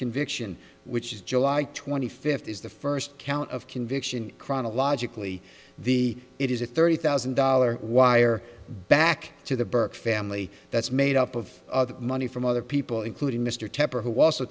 conviction which is july twenty fifth is the first count of conviction chronologically the it is a thirty thousand dollars wire back to the burke family that's made up of money from other people including mr tepper who